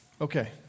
Okay